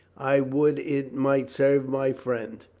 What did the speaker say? i would it might serve my friend.